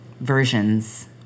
versions